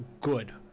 good